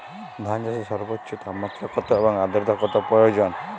ধান চাষে সর্বোচ্চ তাপমাত্রা কত এবং আর্দ্রতা কত প্রয়োজন?